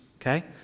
okay